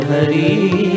Hari